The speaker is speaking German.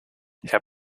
herr